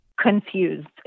confused